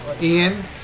Ian